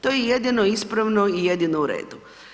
To je jedino ispravno i jedino u redu.